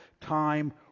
time